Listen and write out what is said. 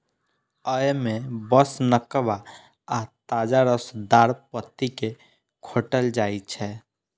अय मे बस नवका आ ताजा रसदार पत्ती कें खोंटल जाइ छै